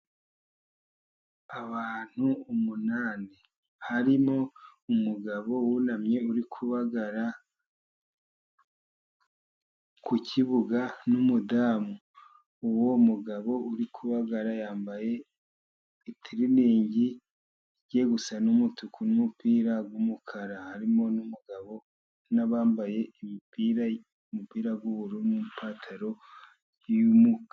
Abantu umunani harimo umugabo wunamye uri kubagara ku kibuga n'umudamu, uwo mugabo uri kubagara yambaye itiriningi igiye gusa n'umutuku n'umupira w'umukara. Harimo n'umugabo nabambaye imipira y'ubururu n'ipantaro y'umuka...